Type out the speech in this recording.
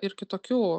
ir kitokių